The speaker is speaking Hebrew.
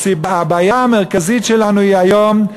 הבעיה המרכזית שלנו היום,